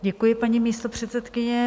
Děkuji, paní místopředsedkyně.